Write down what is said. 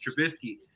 Trubisky